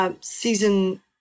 season